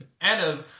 Anna's